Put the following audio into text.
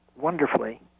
wonderfully